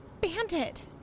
Bandit